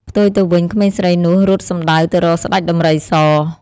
ផ្ទុយទៅវិញក្មេងស្រីនោះរត់សំដៅទៅរកស្ដេចដំរីស ។